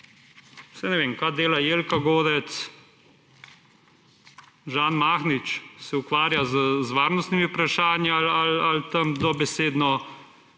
Saj ne vem, kaj dela Jelka Godec … Žan Mahnič se ukvarja z varnostnimi vprašanji ali tam dobesedno